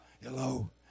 Hello